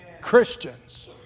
Christians